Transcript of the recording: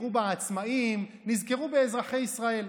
נזכרו בעצמאים, נזכרו באזרחי ישראל.